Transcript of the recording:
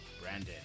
Brandon